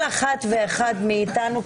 כל אחד ואחת מאיתנו,